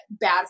bad